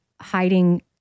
hiding